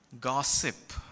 gossip